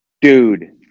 Dude